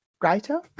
writer